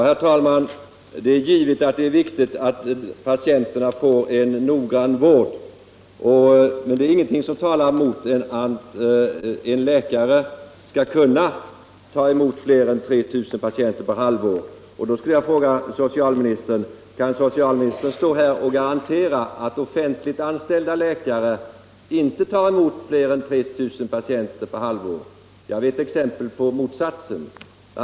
Herr talman! Det är givet att det är viktigt att patienterna får en noggrann vård, men det talar inte emot att en läkare skall kunna ta emot fler än 3 000 patienter per halvår. Jag vill fråga socialministern om han kan garantera att offentligt anställda läkare inte tar emot mer än 3 000 patienter per halvår. Jag känner till exempel på att man har gjort det. Bl.